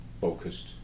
focused